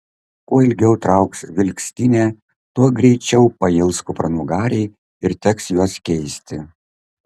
kuo ilgiau trauks vilkstinė tuo greičiau pails kupranugariai ir teks juos keisti